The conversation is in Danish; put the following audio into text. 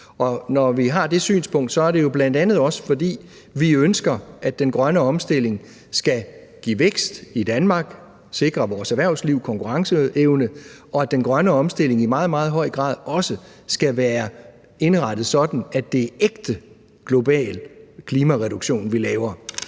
Når vi har det synspunkt, er det jo bl.a. også, fordi vi ønsker, at den grønne omstilling skal give vækst i Danmark og sikre erhvervslivet og konkurrenceevnen, og at den grønne omstilling også i meget, meget høj grad skal være indrettet sådan, at det er ægte global klimareduktion, vi laver.